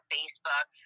Facebook